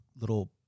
little